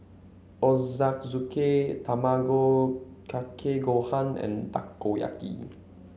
Ochazuke Tamago Kake Gohan and Takoyaki